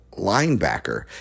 linebacker